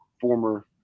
former